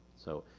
so,